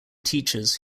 teachers